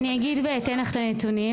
אני אגיד ואתן לך את הנתונים,